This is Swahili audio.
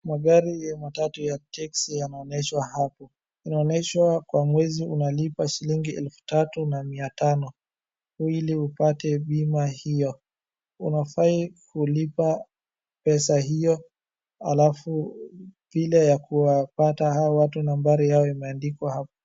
Magari ya matatu ya teksi yanaonyeshwa hapo unaonyeshwa kwa mwezi unalipa shiringi elfu tatu na mia tano ili upate bima hiyo, unafaa kulipa pesa hiyo, alafu njia ya kuwapata hawa watu nambari yao imeandikwa hapo.